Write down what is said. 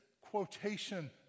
quotation